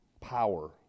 power